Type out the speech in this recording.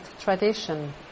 tradition